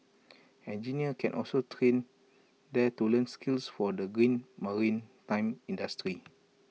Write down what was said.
engineers can also train there to learn skills for the green maritime industry